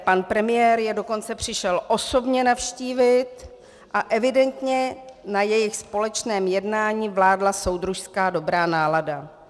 Pan premiér je dokonce přišel osobně navštívit a evidentně na jejich společném jednání vládla soudružská dobrá nálada.